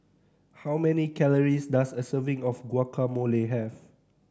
how many calories does a serving of Guacamole have